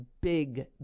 big